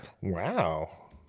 Wow